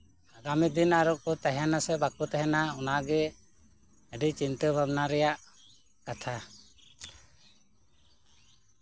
ᱟᱜᱟᱢᱤ ᱫᱤᱱ ᱟᱨᱚ ᱠᱚ ᱛᱟᱦᱮᱱᱟ ᱥᱮ ᱵᱟᱠᱚ ᱛᱟᱦᱮᱱᱟ ᱚᱱᱟ ᱜᱮ ᱟᱹᱰᱤ ᱪᱤᱱᱛᱟᱹ ᱵᱷᱟᱵᱱᱟ ᱨᱮᱭᱟᱜ ᱠᱟᱛᱷᱟ